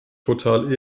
total